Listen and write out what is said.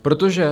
Protože...